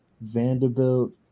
Vanderbilt